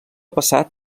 passat